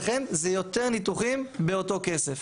לכן זה יותר ניתוחים באותו כסף.